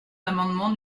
l’amendement